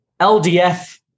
LDF